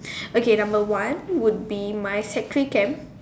okay number one would be my sec three camp